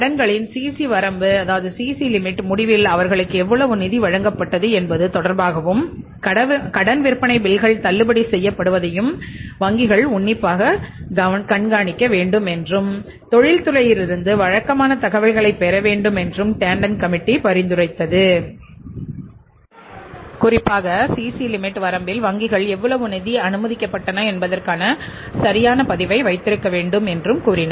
கடன்களின் சிசி வரம்பில் வங்கிகள் எவ்வளவு நிதி அனுமதிக்கப்பட்டன என்பதற்கான சரியான பதிவை வைத்திருக்க வேண்டும் என்றும் கூறின